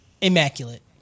immaculate